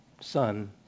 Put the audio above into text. son